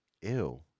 Ew